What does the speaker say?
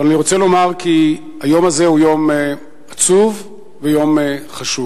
אבל אני רוצה לומר שהיום הזה הוא יום עצוב ויום חשוב.